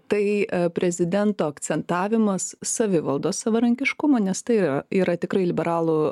tai prezidento akcentavimas savivaldos savarankiškumo nes tai yra tikrai liberalų